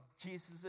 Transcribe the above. Jesus